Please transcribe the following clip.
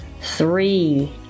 Three